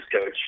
coach